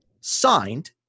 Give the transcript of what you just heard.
signed